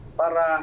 para